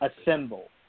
assemble